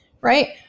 right